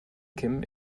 kim